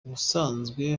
ubusanzwe